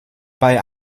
bei